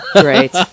great